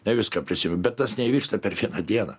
ne viską prisimenu bet tas neįvyksta per dieną